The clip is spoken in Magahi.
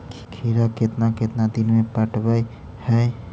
खिरा केतना केतना दिन में पटैबए है?